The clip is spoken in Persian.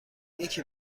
یکی